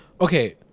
Okay